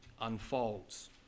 unfolds